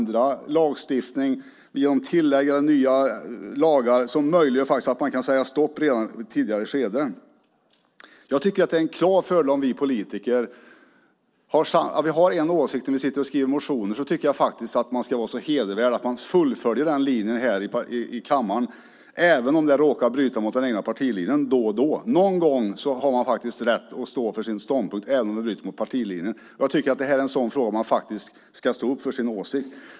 Det kan handla om ändrad lagstiftning och tillägg till lagar. Om man som politiker har en åsikt som man uttrycker i motioner tycker jag att man ska vara så hedervärd att man fullföljer den linjen här i kammaren även om det råkar bryta mot den egna partilinjen. Någon gång har man rätt att stå för sin ståndpunkt även om det bryter mot partilinjen. Och jag tycker att det här är en fråga där man ska stå upp för sin åsikt.